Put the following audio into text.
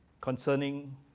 concerning